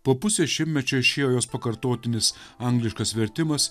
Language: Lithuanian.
po pusės šimtmečio išėjo jos pakartotinis angliškas vertimas